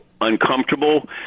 uncomfortable